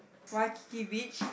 Waikiki beach